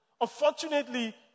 Unfortunately